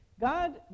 God